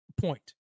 point